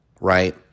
right